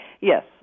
yes